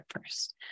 first